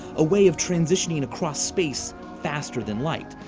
a way of transitioning across space faster than light.